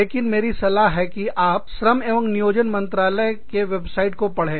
लेकिन मेरी सलाह है कि आप श्रम एवं नियोजन मंत्रालय के वेबसाइट को पढ़ें